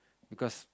because